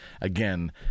again